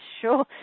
sure